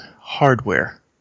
hardware